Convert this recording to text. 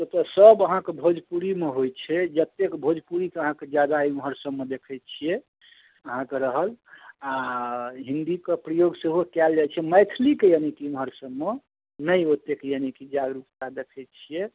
देखियौ सब अहाँके भोजपुरीमे होइ छै जत्तेक भोजपुरीके अहाँके जादा एमहर सबमे देखै छियै अहाँके रहल आ हिन्दीके प्रयोग सेहो कएल जाइ छै मैथलीके एमहर सबमे नहि ओत्तेक यानिकि जागरुकता देखै छियै